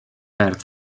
verd